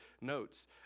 notes